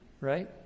right